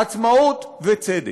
עצמאות וצדק.